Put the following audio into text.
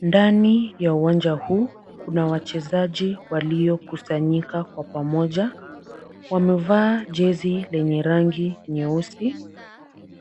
Ndani ya uwanja huu kuna wachezaji waliokusanyika kwa pamoja, wamevaa jezi lenye rangi nyeusi.